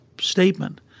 statement